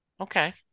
okay